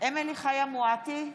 אמילי חיה מואטי,